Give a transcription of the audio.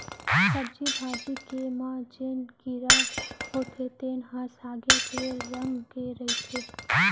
सब्जी भाजी के म जेन कीरा होथे तेन ह सागे के रंग के रहिथे